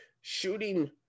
shooting